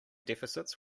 deficits